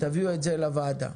תביאו את זה לוועדה.